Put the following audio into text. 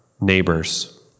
neighbors